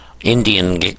Indian